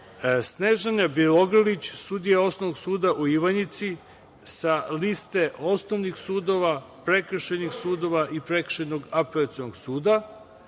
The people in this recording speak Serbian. Snežana Bjelogrlić, sudija Osnovnog suda u Ivanjici, sa liste osnovnih sudova, prekršajnih sudova i Prekršajnog apelacionog suda;